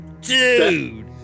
dude